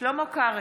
שלמה קרעי,